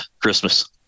Christmas